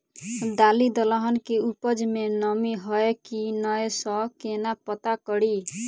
दालि दलहन केँ उपज मे नमी हय की नै सँ केना पत्ता कड़ी?